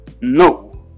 No